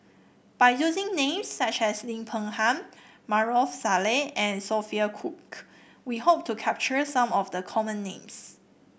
by using names such as Lim Peng Han Maarof Salleh and Sophia Cooke we hope to capture some of the common names